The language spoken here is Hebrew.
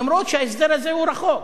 למרות שההסדר הזה הוא רחוק.